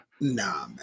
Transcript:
Nah